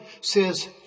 says